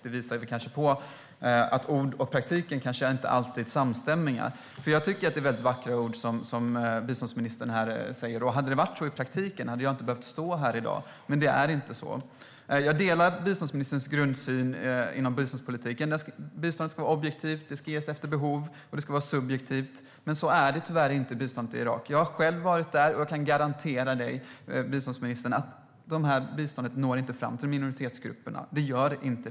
Det visar att ord och praktik kanske inte alltid samstämmer. Det är många vackra ord som biståndsministern här framför. Om det hade varit så i praktiken hade jag inte behövt stå här i dag, men det är inte så. Jag delar biståndsministerns grundsyn inom biståndspolitiken. Biståndet ska vara objektivt, det ska ges efter behov och det ska ske subjektivt. Men så är det tyvärr inte med biståndet till Irak. Jag har besökt Irak, och jag kan garantera biståndsministern att detta bistånd inte når fram till minoritetsgrupperna.